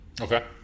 Okay